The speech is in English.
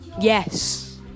Yes